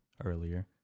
earlier